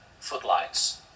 footlights